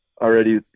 already